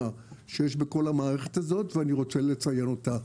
שיש בכל המערכת הזאת ואני רוצה לציין אותה.